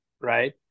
right